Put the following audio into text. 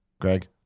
Greg